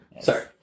Sorry